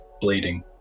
Bleeding